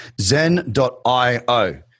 zen.io